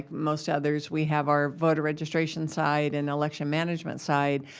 most others, we have our voter registration side and election management side.